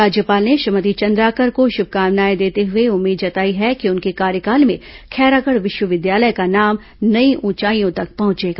राज्यपाल ने श्रीमती चंद्राकर को शुभकामनाएं देते हुए उम्मीद जताई है कि उनके कार्यकाल में खैरागढ़ विश्वविद्यालय का नाम नई ऊंचाइयों तक पहुंचेगा